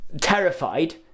terrified